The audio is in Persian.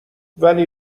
ولی